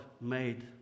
made